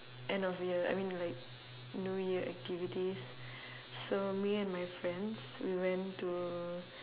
end of year I mean like new year activities so me and my friends we went to